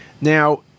Now